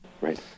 Right